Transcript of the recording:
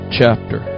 chapter